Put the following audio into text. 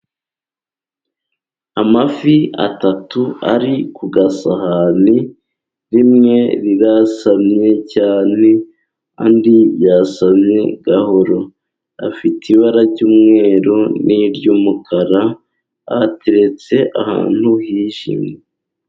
Amafi atatu ari ku gasahani imwe irasamye cyane andi yasamye gahoro. Afite ibara ry'umweru n'iry'umukara ateretse ahantu hijimye.